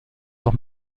auch